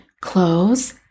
close